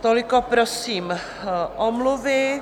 Toliko prosím omluvy.